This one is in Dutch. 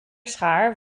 schaar